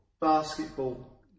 basketball